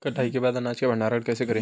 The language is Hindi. कटाई के बाद अनाज का भंडारण कैसे करें?